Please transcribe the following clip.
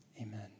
Amen